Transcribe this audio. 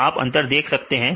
तो आप अंतर देख सकते हैं